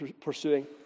pursuing